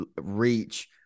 reach